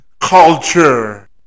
culture